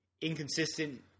inconsistent